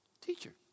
teacher